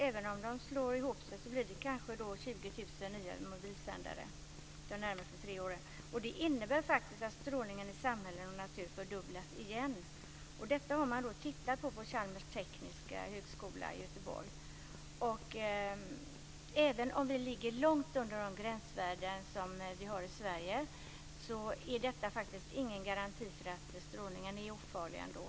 Även om man slår ihop masterna blir det ju kanske 20 000 nya mobilsändare de närmaste tre åren, och det innebär faktiskt att strålningen i samhälle och natur fördubblas igen. Detta har man tittat på vid Chalmers tekniska högskola i Göteborg, och även om vi ligger långt under de gränsvärden som vi har i Sverige så är detta faktiskt ingen garanti för att strålningen är ofarlig ändå.